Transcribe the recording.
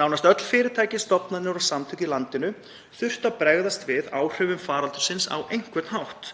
„Nánast öll fyrirtæki, stofnanir og samtök í landinu þurftu að bregðast við áhrifum faraldursins á einhvern hátt.